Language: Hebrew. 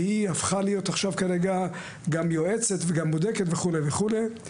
הפכה להיות גם יועצת וגם בודקת, וכולי וכולי.